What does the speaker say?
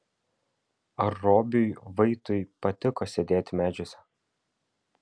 ar robiui vaitui patiko sėdėti medžiuose